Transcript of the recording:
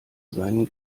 seinen